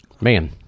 man